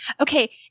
Okay